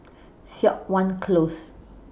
Siok Wan Close